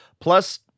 plus